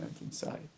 inside